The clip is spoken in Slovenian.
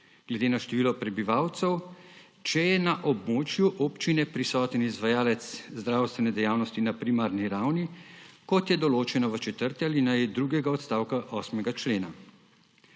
glede na število prebivalcev, če je na območju občine prisoten izvajalec zdravstvene dejavnosti na primarni ravni, kot je določeno v četrti alineji drugega odstavka 8. člena.